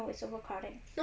no it's overcrowded